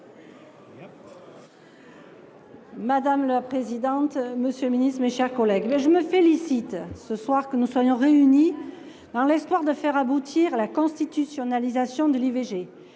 Madame la présidente, monsieur le garde des sceaux, mes chers collègues, je me félicite que nous soyons réunis ce soir dans l’espoir de faire aboutir la constitutionnalisation de l’IVG.